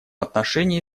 отношении